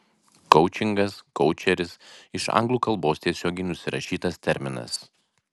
koučingas koučeris iš anglų kalbos tiesiogiai nusirašytas terminas